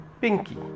Pinky